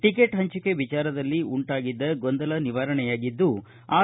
ticket ಹಂಚಿಕೆ ವಿಚಾರದಲ್ಲಿ ಉಂಟಾಗಿದ್ದ ಗೊಂದಲ ನಿವಾರಣೆಯಾಗಿದ್ದು ಆರ್